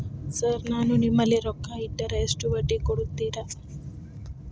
Sir ನಾನು ನಿಮ್ಮಲ್ಲಿ ರೊಕ್ಕ ಇಟ್ಟರ ಎಷ್ಟು ಬಡ್ಡಿ ಕೊಡುತೇರಾ?